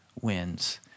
wins